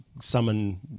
summon